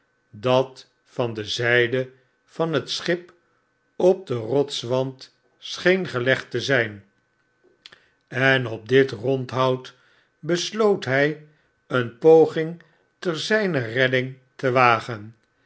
dat van de zyde van het schip op den rotswand scheen gelegd te zyn en op dit rondhout besloot hy een poging te zyner redding te wagen